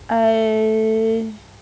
I